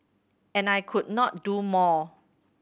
and I could not do more